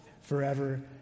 forever